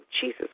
Jesus